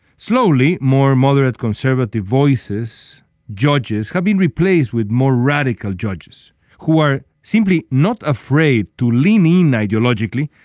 slowly more moderate conservative voices judges have been replaced with more radical judges who are simply not afraid to lean in ideologically.